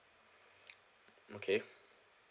okay